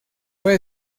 fue